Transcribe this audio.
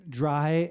dry